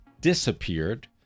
disappeared